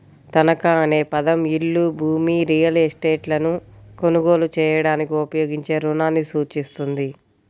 తనఖా అనే పదం ఇల్లు, భూమి, రియల్ ఎస్టేట్లను కొనుగోలు చేయడానికి ఉపయోగించే రుణాన్ని సూచిస్తుంది